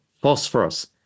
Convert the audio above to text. phosphorus